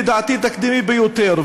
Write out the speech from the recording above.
לדעתי תקדימי ביותר.